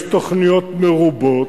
יש תוכניות מרובות.